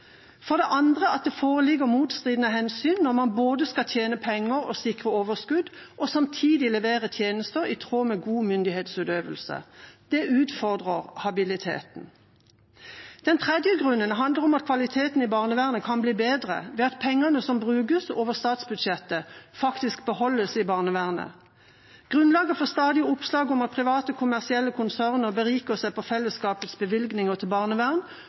prioritet. Den andre grunnen er at det foreligger motstridende hensyn når man skal både tjene penger og sikre overskudd, og samtidig levere tjenester i tråd med god myndighetsutøvelse. Det utfordrer habiliteten. Den tredje grunnen handler om at kvaliteten i barnevernet kan bli bedre, ved at pengene som bevilges over statsbudsjettet, faktisk beholdes i barnevernet. Grunnlaget for stadige oppslag om at private kommersielle konserner beriker seg på fellesskapets bevilgninger til barnevern